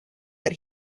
that